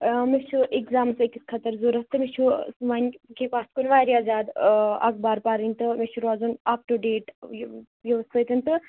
اۭں مےٚ چھُ ایٚکزامس أکِس خٲطرٕ ضروٗرت تہٕ مےٚ چھُ وۄنۍ وٕںکہِ پِتھ کُن واریاہ زیادٕ اخبار پرٕنۍ تہٕ مےٚ چھُ روزُن اَپ ٹُہ ڈیٹ یِمہ سۭتۍ تہٕ